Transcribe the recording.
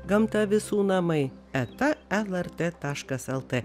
gamta visų namai eta lrt taškas lt